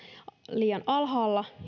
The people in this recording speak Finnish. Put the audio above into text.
liian alhaalla